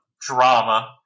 drama